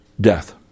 death